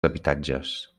habitatges